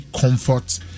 comfort